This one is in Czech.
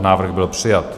Návrh byl přijat.